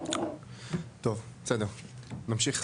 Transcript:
טוב, בסדר, נמשיך.